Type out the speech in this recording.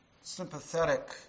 sympathetic